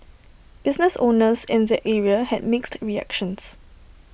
business owners in the area had mixed reactions